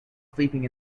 sleeping